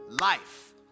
life